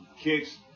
kicks